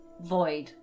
Void